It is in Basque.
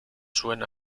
zuen